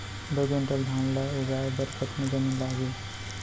दो क्विंटल धान ला उगाए बर कतका जमीन लागही?